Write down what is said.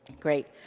great.